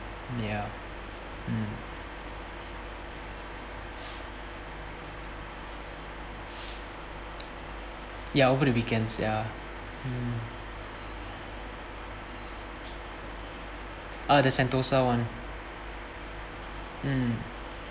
ya mm ya over the weekends ya mm ah the sentosa [one] mm